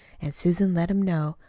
and susan let him know,